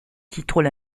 titres